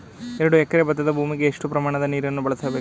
ಎರಡು ಎಕರೆ ಭತ್ತದ ಭೂಮಿಗೆ ಎಷ್ಟು ಪ್ರಮಾಣದ ನೀರನ್ನು ಬಳಸಬೇಕು?